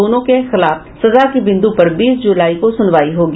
दोनों के खिलाफ सजा की बिंदू पर बीस जुलाई को सुनवायी होगी